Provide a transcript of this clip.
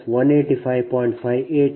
58 0